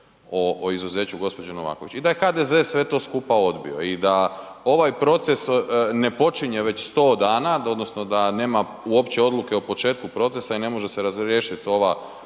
o izuzeću gospođe Novaković i da je HDZ sve to skupa odbio i da ovaj proces ne počinje već 100 dana, odnosno da nema uopće odluke o početku procesa i ne može se razriješiti ova